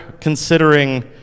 considering